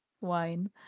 wine